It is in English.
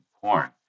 porn